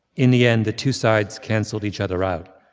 in the end, the two sides cancelled each other out.